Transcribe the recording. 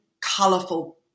colorful